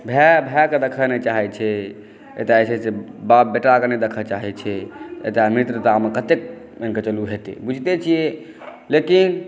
भाए भाएकेँ देखऽ नहि चाहै छै एतऽ जे छै से बाप बेटाक नहि देखऽ लए चाहै छै एतऽ मित्रतामे कतेक मानि कऽ चलु हेतै बुझिते छियै लेकिन